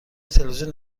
تلویزیون